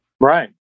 right